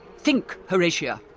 think, horatia!